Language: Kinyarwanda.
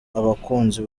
abakunzi